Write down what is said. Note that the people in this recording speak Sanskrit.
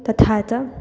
तथा च